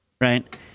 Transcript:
Right